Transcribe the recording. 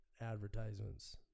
advertisements